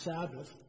Sabbath